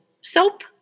soap